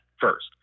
first